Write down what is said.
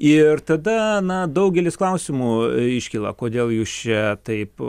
ir tada na daugelis klausimų iškyla kodėl jūs čia taip